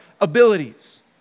abilities